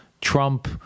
Trump